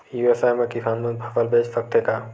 ई व्यवसाय म किसान मन फसल बेच सकथे का?